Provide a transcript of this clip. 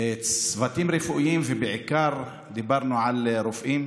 צוותים רפואיים, ודיברנו בעיקר על רופאים,